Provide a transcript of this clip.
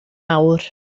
awr